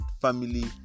family